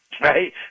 Right